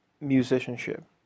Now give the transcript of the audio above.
musicianship